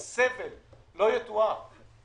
בגלל שאנחנו לא מעזים להסתכל במראה ולהגיד: